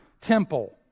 temple